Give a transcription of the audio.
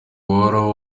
uhoraho